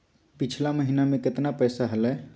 पिछला महीना मे कतना पैसवा हलय?